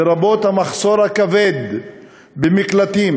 לרבות המחסור הכבד במקלטים